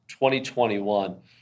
2021